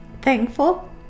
thankful